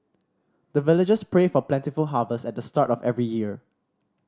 the villagers pray for plentiful harvest at the start of every year